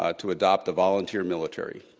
ah to adopt a volunteer military.